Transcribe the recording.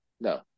no